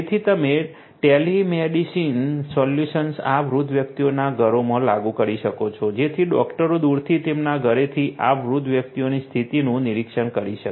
તેથી તમે telemedicine solutions આ વૃદ્ધ વ્યક્તિઓના ઘરોમાં લાગુ કરી શકો છો જેથી ડૉક્ટરો દૂરથી તેમના ઘરેથી આ વૃદ્ધ વ્યક્તિની સ્થિતિનું નિરીક્ષણ કરી શકે